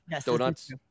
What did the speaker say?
Donuts